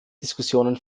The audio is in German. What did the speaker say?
diskussionen